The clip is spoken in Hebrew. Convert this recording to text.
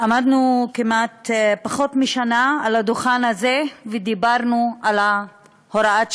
עמדנו לפני פחות משנה על הדוכן הזה ודיברנו על הוראת השעה,